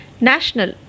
National